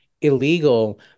illegal